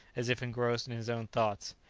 as if engrossed in his own thoughts.